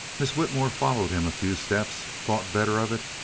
miss whitmore followed him a few steps, thought better of it,